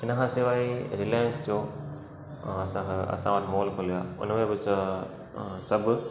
हिनखां सवाइ रिलाइंस जो असांखां असां वटि मॉल खुल्यो आहे उनमें ॿ असां सभु